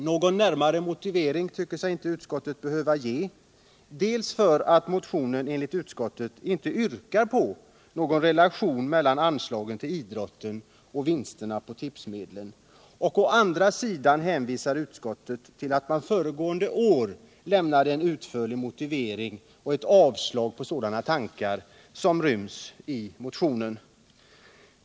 Någon närmare motivering har utskottet inte ansett sig behöva ge, dels därför att motionen enligt utskottet inte yrkar på någon relation mellan anslagen till idrotten och vinsterna på tipsmedlen, dels därför att utskottet föregående år lämnade en utförlig motivering för sitt avstyrkande av sådana tankar som ryms i motionen.